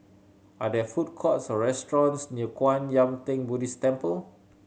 are there food courts or restaurants near Kwan Yam Theng Buddhist Temple